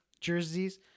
jerseys